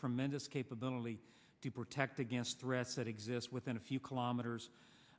tremendous capability to protect against threats that exist within a few kilometers